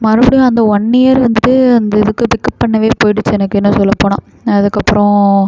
மறுபடியும் அந்த one year வந்துட்டு அந்த இதுக்கு பிக்கப் பண்ணவே போயிடுச்சு எனக்கு இன்னும் சொல்லப் போனால் அதுக்கப்புறம்